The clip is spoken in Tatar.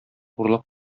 урлап